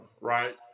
right